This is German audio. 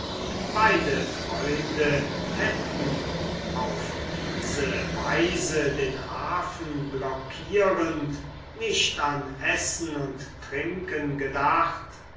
beide freunde hätten auf diese weise den hafen blockierend nicht an essen und trinken gedacht